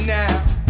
now